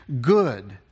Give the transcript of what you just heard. good